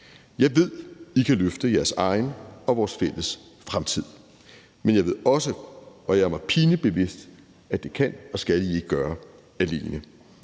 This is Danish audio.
Jeg ved, I kan løfte jeres egen og vores fælles fremtid, men jeg ved også – og det er mig pinligt bevidst – at det kan og skal I ikke gøre alene.